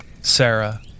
Sarah